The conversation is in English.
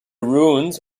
ruins